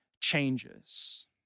changes